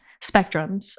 spectrums